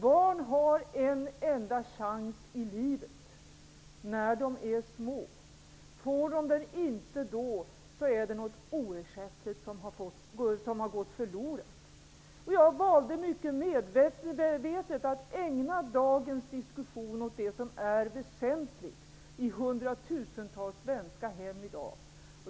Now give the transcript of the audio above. Barnen har en enda chans i livet: när de är små. Får de inte den då, har något oersättligt gått förlorat. Jag valde medvetet att ägna dagens diskussion åt det som är väsentligt i hundratusentals svenska hem i dag.